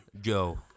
Joe